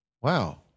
wow